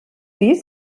pis